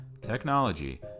technology